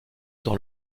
dans